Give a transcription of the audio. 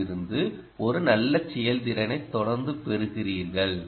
ஓவிலிருந்து ஒரு நல்ல செயல்திறனைத் தொடர்ந்து பெறுகிறீர்கள்